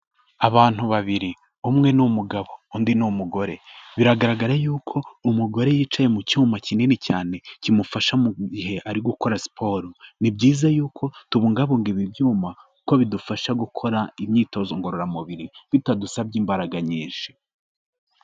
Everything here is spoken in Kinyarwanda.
Abantu babiri, umwe ni umugabo undi ni umugore, biragaragara yuko umugore yicaye mu cyuma kinini cyane kimufasha mu gihe ari gukora siporo, ni byiza yuko tubungabunga ibi byuma kuko bidufasha gukora imyitozo ngororamubiri bitadusabye imbaraga nyinshi.